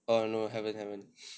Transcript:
oh no haven't haven't